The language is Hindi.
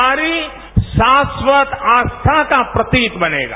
हमारी शास्वत आस्था का प्रतीक बनेगा